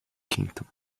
kingdom